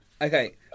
okay